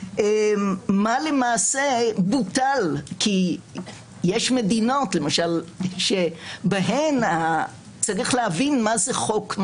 מה למעשה בוטל כי יש מדינות בהן צריך להבין מה זה חוק,